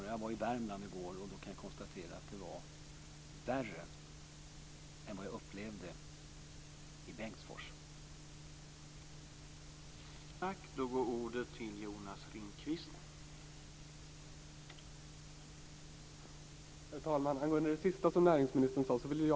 Jag var i Värmland i går, och jag kan konstatera att det var värre där än vad jag upplevde att det var i Bengtsfors.